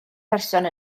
person